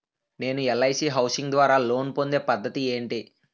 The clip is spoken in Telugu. నేను ఎల్.ఐ.సి హౌసింగ్ ద్వారా లోన్ పొందే పద్ధతి ఏంటి?